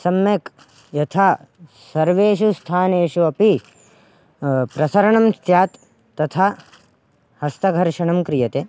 सम्यक् यथा सर्वेषु स्थानेषु अपि प्रसरणं स्यात् तथा हस्तघर्षणं क्रियते